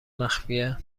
مخفیه